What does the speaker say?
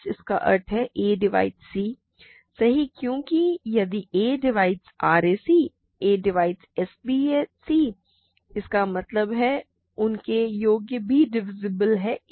इसका अर्थ है a डिवाइड्स c सही क्योंकि यदि a divides rac a divides sbc है इसका मतलब है उनके योग भी डिविसिबल हैं a